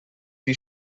die